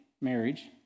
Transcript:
marriage